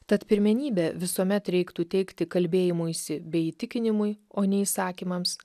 tad pirmenybę visuomet reiktų teikti kalbėjimuisi bei įtikinimui o ne įsakymams